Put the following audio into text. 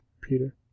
Peter